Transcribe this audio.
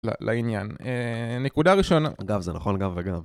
לעניין, נקודה ראשונה.. אגב זה נכון אגב אגב.